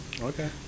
Okay